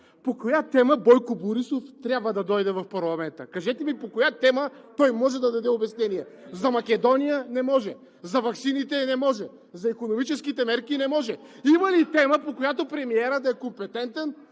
по коя тема Бойко Борисов трябва да дойде в парламента. Кажете ми по коя тема той може да даде обяснения – за Македония не може, за ваксините не може, за икономическите мерки не може. Има ли тема, по която премиерът да е компетентен,